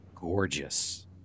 gorgeous